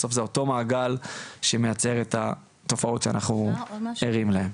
בסוף זה אותו מעגל שמייצר את התופעות שאנחנו ערים להם.